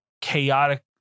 chaotic